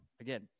Again